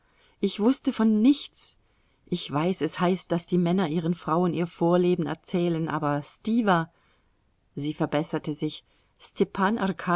ich wußte von nichts ich weiß es heißt daß die männer ihren frauen ihr vorleben erzählen aber stiwa sie verbesserte sich stepan